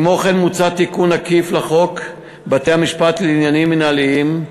כמו כן מוצע תיקון עקיף לחוק בתי-משפט לעניינים מינהליים,